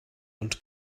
und